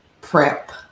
prep